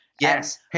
yes